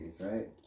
right